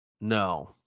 no